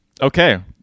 Okay